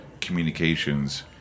communications